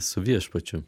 su viešpačiu